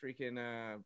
freaking